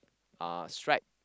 a stripe